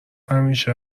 همیشه